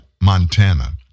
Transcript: Montana